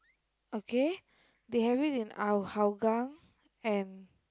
okay they have it in Hou~ Hougang and